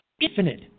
infinite